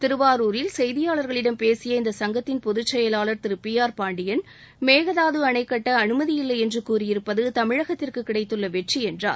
திருவாரூரில் செய்தியாளர்களிடம் பேசிய இந்த சங்கத்தின் பொதுச்செயலாளர் திரு பி ஆர் பாண்டியன் மேகதாது அணை கட்ட அனுமதியில்லை என்று கூறியிருப்பது தமிழகத்திற்கு கிடைத்துள்ள வெற்றி என்றார்